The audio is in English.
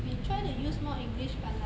we try to use more english but like